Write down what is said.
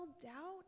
doubt